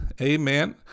amen